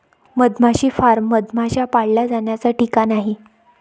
मधमाशी फार्म मधमाश्या पाळल्या जाण्याचा ठिकाण आहे